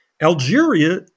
Algeria